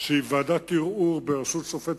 שהיא ועדת ערעור בראשות שופטת,